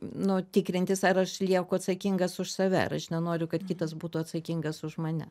nu tikrintis ar aš lieku atsakingas už save ar aš nenoriu kad kitas būtų atsakingas už mane